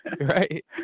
Right